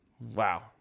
Wow